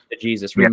Jesus